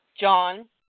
John